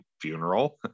funeral